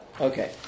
Okay